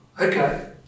okay